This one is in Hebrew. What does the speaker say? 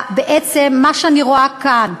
בעצם, מה שאני רואה כאן,